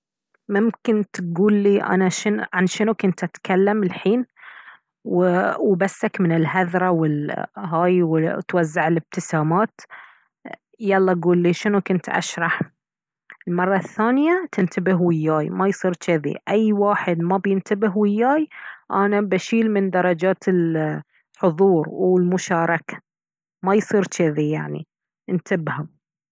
ممكن تقولي انا شنو عن شنو كنت أتكلم الحين وبسك من الهذرة والهاي وتوزع الابتسامات يلا قولي شنو كنت أشرح المرة الثانية تنتبه إياي ما يصير جذي أي واحد ما بينتبه وياي أنا بشيل من درجات الحضور والمشاركة ما يصير جذي يعني انتبهوا